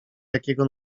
jakiego